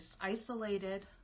isolated